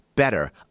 better